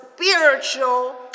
spiritual